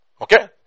Okay